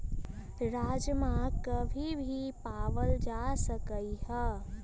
राजमा कभी भी पावल जा सका हई